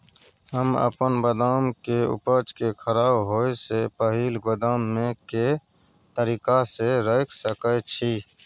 हम अपन बदाम के उपज के खराब होय से पहिल गोदाम में के तरीका से रैख सके छी?